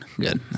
Good